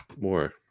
more